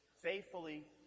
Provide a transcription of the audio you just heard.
faithfully